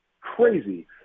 crazy